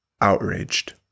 outraged